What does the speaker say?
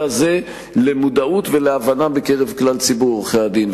הזה למודעות ולהבנה בקרב כלל ציבור עורכי-הדין.